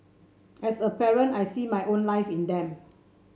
as a parent I see my own life in them